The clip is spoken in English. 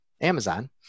Amazon